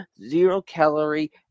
zero-calorie